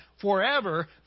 forever